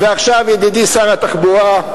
ועכשיו, ידידי שר התחבורה,